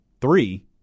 three